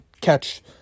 catch